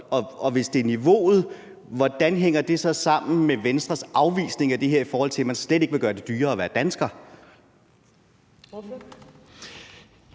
Hvis det er niveauet, hvordan hænger det så sammen med Venstres afvisning af det her, i forhold til at man slet ikke vil gøre det dyrere at være dansker?